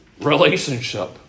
relationship